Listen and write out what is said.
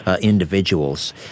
individuals